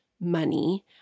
money